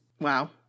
wow